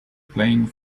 playing